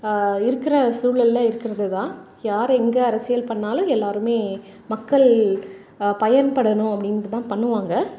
இருக்கிற சூழல்ல இருக்கிறதுதான் யார் எங்கே அரசியல் பண்ணிணாலும் எல்லாருமே மக்கள் பயன்படணும் அப்படின்ட்டுதான் பண்ணுவாங்க